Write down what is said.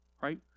right